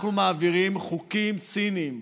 אנחנו מעבירים חוקים ציניים,